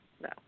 No